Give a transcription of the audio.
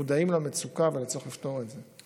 אנחנו מודעים למצוקה, ולצורך לפתור את זה.